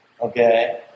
okay